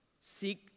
seek